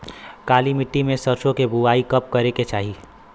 काली मिट्टी में सरसों के बुआई कब करे के चाही?